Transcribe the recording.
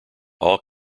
all